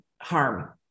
harm